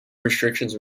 restrictions